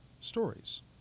stories